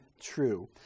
true